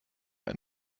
ein